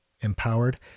empowered